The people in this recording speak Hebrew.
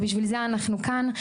בשביל זה אנחנו כאן.